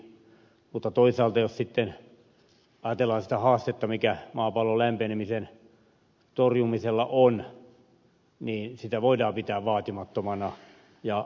mutta toisaalta jos sitten ajatellaan sitä haastetta mikä maapallon lämpenemisen torjumisella on niin sitä voidaan pitää vaatimattomana ja riittämättömänä